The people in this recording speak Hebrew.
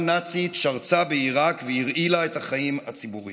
נאצית שרצה בעיראק והרעילה את החיים הציבוריים.